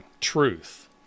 truth